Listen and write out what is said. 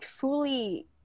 fully